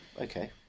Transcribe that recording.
okay